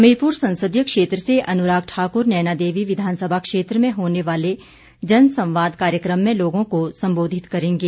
हमीरपुर संसदीय क्षेत्र से अनुराग ठाकुर नैना देवी विधानसभा क्षेत्र में होने वाले जनसंवाद कार्यक्रम में लोगों को संबोधित करेंगे